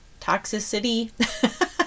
toxicity